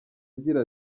agira